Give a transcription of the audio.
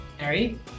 Mary